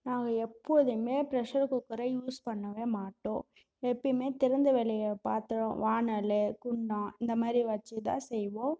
நாங்கள் எப்போதுமே பிரஷர் குக்கரை யூஸ் பண்ணவே மாட்டோம் எப்போவுமே திறந்தவெளி பாத்திரம் வாணல் குண்டான் இந்த மாதிரி வச்சு தான் செய்வோம்